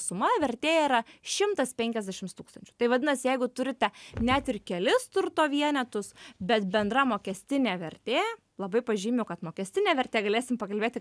suma vertė yra šimtas penkiasdešims tūkstančių tai vadinasi jeigu turite net ir kelis turto vienetus bet bendra mokestinė vertė labai pažymiu kad mokestinė vertė galėsim pakalbėti